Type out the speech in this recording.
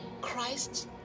Christ